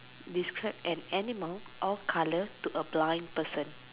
describe an animal or colour to a blind person